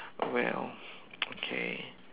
well okay